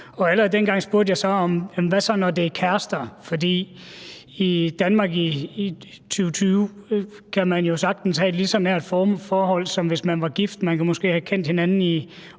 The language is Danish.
og allerede dengang spurgte jeg om: Men hvad så, når det er kærester? For i Danmark i 2020 kan de jo sagtens have et lige så nært forhold, som hvis man var gift. Man kan måske have kendt hinanden i